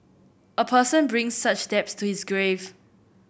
a person brings such to his grave